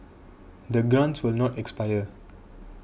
the grants will not expire